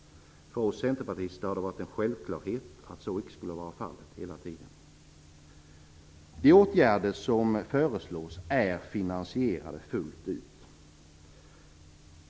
För oss centerpartister har det hela tiden varit en självklarhet att så inte skulle vara fallet. De åtgärder som föreslås är finansierade fullt ut.